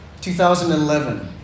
2011